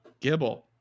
Gibble